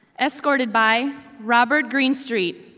escorted by robert greenstreet,